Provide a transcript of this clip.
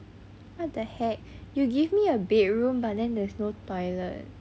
what the heck you give me a bedroom but then there's no toilet